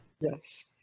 Yes